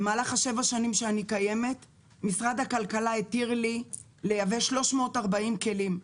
במהלך שבע השנים שאני קיימת משרד הכלכלה התיר לי לייבא 340 כלים.